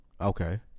Okay